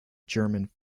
german